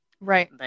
Right